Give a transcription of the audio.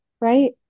Right